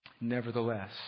Nevertheless